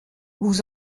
vous